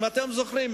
אם אתם זוכרים,